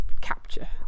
capture